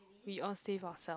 we all save ourselves